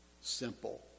simple